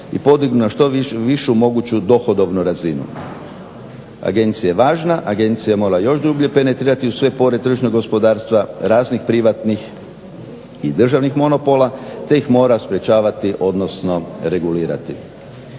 i podignu na što višu moguću dohodovnu visinu. Agencija je važna, agencija mora još dublje penetrirati u sve pore tržišnog gospodarstva, raznih privatnih i državnih monopola, te ih mora sprječavati, odnosno regulirati.